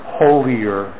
holier